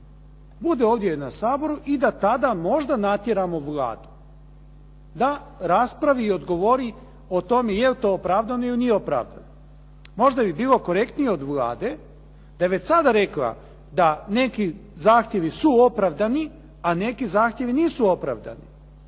bude ovdje na Saboru i da tada možda natjeramo Vladu da raspravi i odgovori o tome jel to opravdano ili nije opravdano. Možda bi bilo korektnije od Vlade da je rekla da neki zahtjevi su opravdani, a neki zahtjevi nisu opravdani.